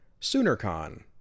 SoonerCon